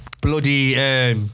bloody